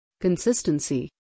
consistency